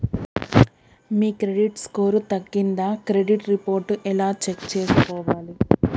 మీ credit score తగ్గిందా credit report ఎలా check చేసుకోవాలి?